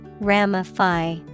Ramify